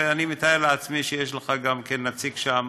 ואני מתאר לעצמי שיש לך גם כן נציג שם